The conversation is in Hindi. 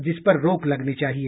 जिसपर रोक लगनी चाहिए